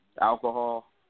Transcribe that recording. alcohol